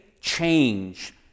change